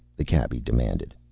the cabbie demanded.